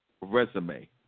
resume